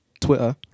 Twitter